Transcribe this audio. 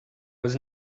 was